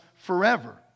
forever